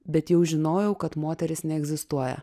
bet jau žinojau kad moteris neegzistuoja